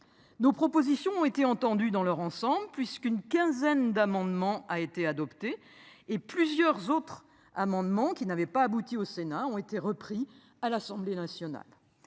Nos propositions ont été entendus dans leur ensemble puisqu'une quinzaine d'amendement a été adopté et plusieurs autres amendements qui n'avaient pas abouti au Sénat ont été repris à l'Assemblée nationale.